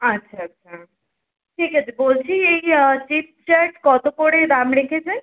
আচ্ছা আচ্ছা ঠিক আছে বলছি এই চিপস চাট কতো করে দাম রেখেছেন